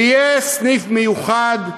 ויהיה סניף מיוחד,